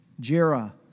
Jera